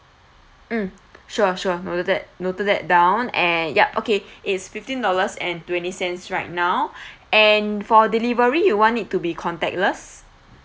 mm sure sure noted that noted that down and yup okay it's fifteen dollars and twenty cents right now and for delivery you want it to be contactless